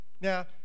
Now